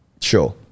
Sure